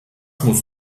muss